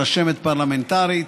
רשמת פרלמנטרית,